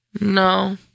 No